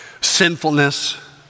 sinfulness